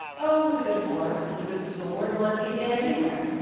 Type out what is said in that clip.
oh, with a good horse and a good sword one can get anywhere,